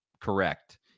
correct